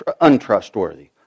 untrustworthy